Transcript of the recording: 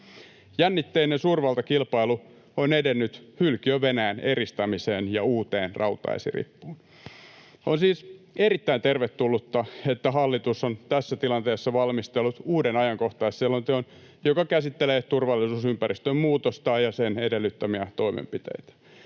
Jännitteinen suurvaltakilpailu on edennyt hylkiö-Venäjän eristämiseen ja uuteen rauta-esirippuun. On siis erittäin tervetullutta, että hallitus on tässä tilanteessa valmistellut uuden ajankohtaisselonteon, joka käsittelee turvallisuusympäristön muutosta ja sen edellyttämiä toimenpiteitä.